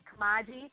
Kamaji